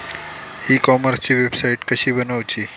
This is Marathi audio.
ई कॉमर्सची वेबसाईट कशी बनवची?